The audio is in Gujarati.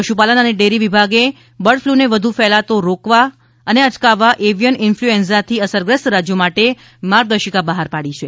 પશુપાલન અને ડેરી વિભાગે બર્ડફ્લુને વધુ ફેલાતો અટકાવવા માટે એવિયન ઇન્ફ્લુએન્ઝાથી અસરગ્રસ્ત રાજ્યો માટે માર્ગદર્શિકા બહાર પાડી છે